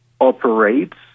operates